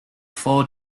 four